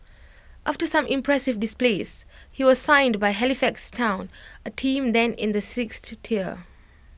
after some impressive displays he was signed by Halifax Town A team then in the sixth tier